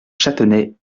châtenay